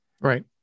Right